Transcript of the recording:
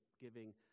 giving